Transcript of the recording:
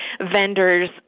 vendors